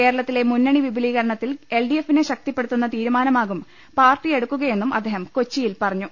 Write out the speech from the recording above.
കേര ളത്തിലെ മുന്നണി വിപു ലീകരണത്തിൽ എൽ ഡി എഫിനെ ശക്തിപ്പെടുത്തുന്ന തീരുമാനമാകും പാർട്ടിയെടുക്കുകയെന്നും അദ്ദേഹം കൊച്ചിയിൽ പറ ഞ്ഞു